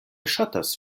ŝatas